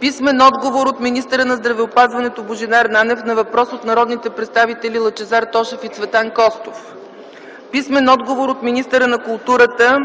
писмен отговор от министъра на здравеопазването Божидар Нанев на въпрос от народните представители Лъчезар Тошев и Цветан Костов; - писмен отговор от министъра на културата